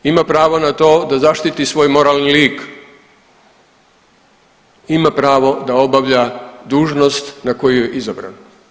Ima pravo na to da zaštiti svoj moralni lik, ima pravo da obavlja dužnost na kojoj je izabran.